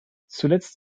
zuletzt